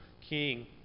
king